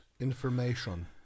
information